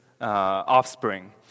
offspring